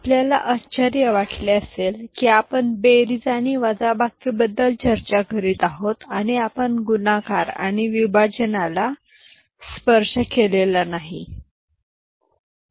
आपल्याला आश्चर्य वाटले असेल की आपण बेरीज आणि वजाबाकीबद्दल चर्चा करीत आहोत आणि आपण गुणाकार आणि विभाजनाला स्पर्श केलेला नाही